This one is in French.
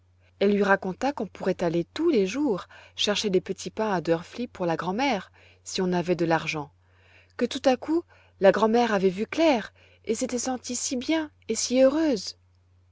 elle lui raconta qu'on pourrait aller tous les jours chercher les petits pains à drfli pour la grand'mère si on avait de l'argent que tout à coup la grand'mère avait vu clair et s'était sentie si bien et si heureuse